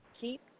keep